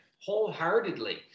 wholeheartedly